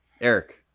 Eric